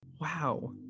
Wow